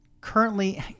currently